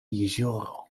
jezioro